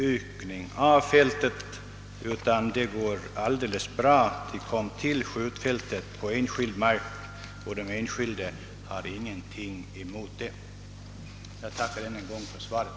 Enskild mark uppläts för detta skjutfält och den enskilde markägaren har ingenting emot det. Jag tackar än en gång för svaret.